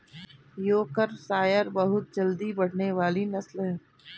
Yorkshire बहुत जल्दी बढ़ने वाली नस्ल है